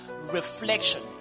reflection